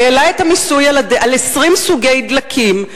שהעלה את המיסוי על 20 סוגי דלקים,